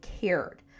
cared